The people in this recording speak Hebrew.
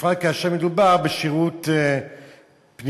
בפרט כאשר מדובר בשירות פניות